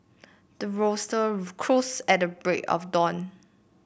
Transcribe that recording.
the rooster crows at the break of dawn